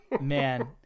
Man